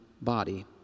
body